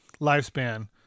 lifespan